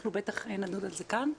אנחנו בטח נדון על זה כאן,